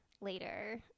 later